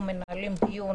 אנחנו מנהלים דיון